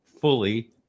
fully